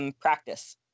practice